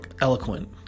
eloquent